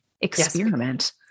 experiment